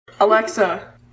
Alexa